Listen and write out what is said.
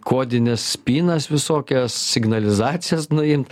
kodines spynas visokias signalizacijas nuimt